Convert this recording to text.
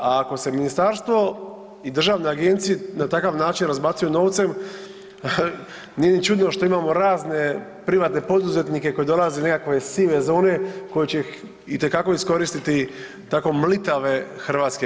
A ako se ministarstvo i državne agencije na takav način razbacuju novcem, nije ni čudno što imamo razne privatne poduzetnike koji dolaze u nekakve sive zone koji će ih itekako iskoristiti tako mlitave hrvatske